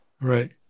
Right